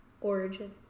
origin